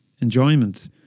enjoyment